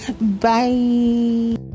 bye